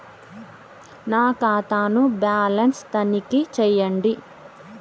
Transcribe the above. నా ఖాతా ను బ్యాలన్స్ తనిఖీ చేయండి?